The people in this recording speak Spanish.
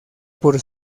por